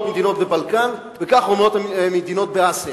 מדינות בבלקן וכך אומרות מדינות באסיה.